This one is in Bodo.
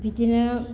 बिदिनो